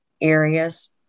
areas